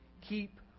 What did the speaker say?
keep